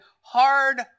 hard